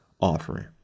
offering